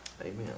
Amen